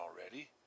already